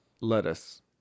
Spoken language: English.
Lettuce